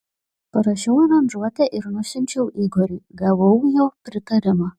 parašiau aranžuotę ir nusiunčiau igoriui gavau jo pritarimą